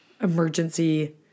emergency